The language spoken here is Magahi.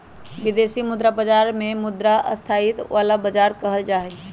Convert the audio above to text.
विदेशी मुद्रा बाजार के मुद्रा स्थायित्व वाला बाजार कहल जाहई